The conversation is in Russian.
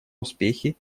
успехе